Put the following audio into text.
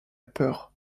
peur